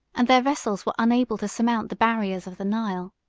and their vessels were unable to surmount the barriers of the nile.